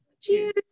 Cheers